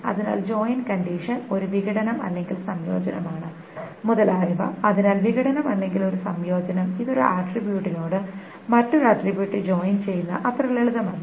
അതിനാൽ join condition ഒരു വിഘടനം അല്ലെങ്കിൽ സംയോജനമാണ് മുതലായവ അതിനാൽ വിഘടനം അല്ലെങ്കിൽ ഒരു സംയോജനം ഇത് ഒരു ആട്രിബ്യൂട്ടിനോട് മറ്റൊരു ആട്രിബ്യൂട്ട് ജോയിൻ ചെയ്യുന്ന അത്ര ലളിതമല്ല